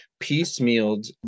piecemealed